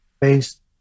based